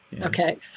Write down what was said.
okay